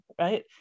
right